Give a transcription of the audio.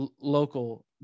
local